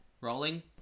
Rolling